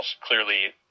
clearly